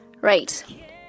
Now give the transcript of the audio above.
Right